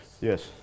yes